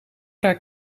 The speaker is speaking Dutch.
haar